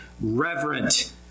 reverent